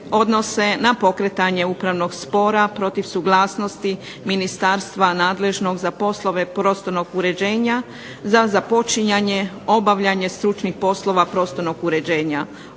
na pokretanje upravnog spora protiv suglasnosti ministarstva nadležnog za poslove prostornog uređenje, za započinjanje obavljanje stručnih poslova prostornog uređenja